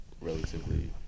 relatively